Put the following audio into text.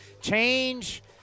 change